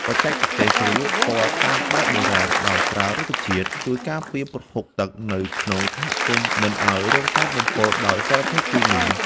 បច្ចេកទេសជ្រលក់ពណ៌តាមបែបបុរាណដោយប្រើរុក្ខជាតិ ជួយការពារប្រភពទឹកនៅក្នុងសហគមន៍មិនឱ្យរងការបំពុលដោយសារធាតុគីមី។